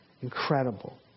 incredible